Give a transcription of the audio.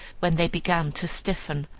when they began to stiffen,